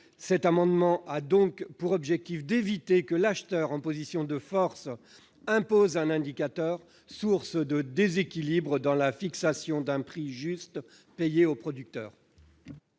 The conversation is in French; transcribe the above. Cet amendement a donc pour objet d'éviter que l'acheteur en position de force n'impose un indicateur, source de déséquilibre dans la fixation d'un prix juste payé au producteur.